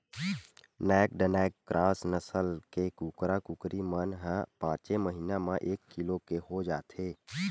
naked neck cross नसल के कुकरा, कुकरी मन ह पाँचे महिना म एक किलो के हो जाथे